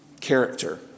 character